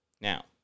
now